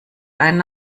einen